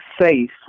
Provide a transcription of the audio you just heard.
safe